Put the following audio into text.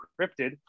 encrypted